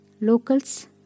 Locals